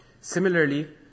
Similarly